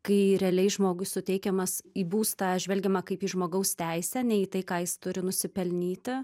kai realiai žmogui suteikiamas į būstą žvelgiama kaip į žmogaus teisę ne į tai ką jis turi nusipelnyti